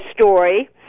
story